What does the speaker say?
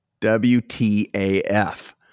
WTAF